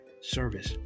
service